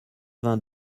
vingt